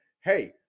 hey